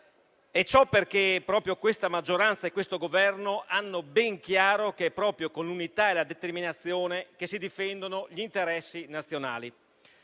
Ciò perché, proprio questa maggioranza e questo Governo, hanno ben chiaro che è proprio con l'unità e la determinazione che si difendono gli interessi nazionali.